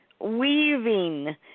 weaving